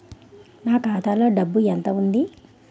నా ఖాతాలో డబ్బు ఎంత ఉంది?